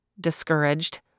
discouraged